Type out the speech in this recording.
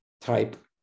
type